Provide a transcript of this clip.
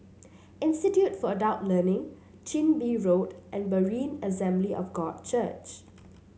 Institute for Adult Learning Chin Bee Road and Berean Assembly of God Church